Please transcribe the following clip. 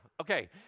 Okay